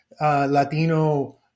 Latino